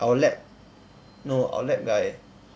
our lab no our lab guy